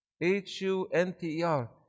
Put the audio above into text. H-U-N-T-E-R